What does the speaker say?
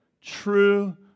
true